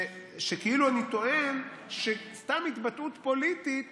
שכאילו אני טוען שסתם התבטאות פוליטית